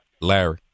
Larry